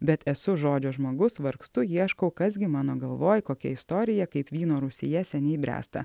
bet esu žodžio žmogus vargstu ieškau kas gi mano galvoj kokia istorija kaip vyno rūsyje seniai bręsta